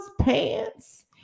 pants